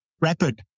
rapid